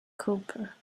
cooper